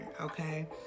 okay